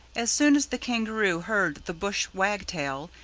as soon as the kangaroo heard the bush wagtail,